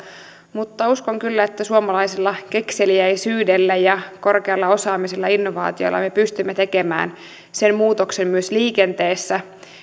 mutta uskon kyllä että suomalaisella kekseliäisyydellä ja korkealla osaamisella ja innovaatioilla me pystymme tekemään sen muutoksen myös liikenteessä